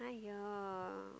!aiyo